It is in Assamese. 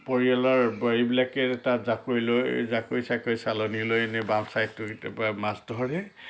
পৰিয়ালৰ বোৱাৰীবিলাকে তাত জাকৈ লৈ জাকৈ চাকৈ চালনী লৈ এনেই বাম ছাইডটো কেতিয়াবা মাছ ধৰে